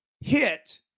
hit